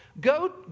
go